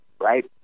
right